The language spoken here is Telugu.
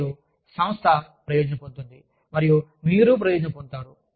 మరియు సంస్థ ప్రయోజనo పొందుతుంది మరియు మీరు ప్రయోజనం పొందుతారు